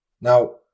Now